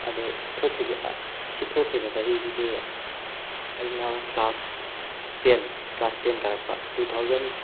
ꯑꯗꯨ ꯁꯤ ꯊꯣꯛꯈ꯭ꯔꯤꯕ ꯆꯍꯤꯁꯤꯗꯤ ꯑꯩꯅ ꯀ꯭ꯂꯥꯁ ꯇꯦꯟ ꯀ꯭ꯂꯥꯁ ꯇꯦꯟ ꯀꯥꯔꯛꯄ ꯇꯨ ꯊꯥꯎꯖꯟ